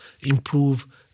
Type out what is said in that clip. improve